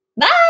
Bye